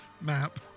map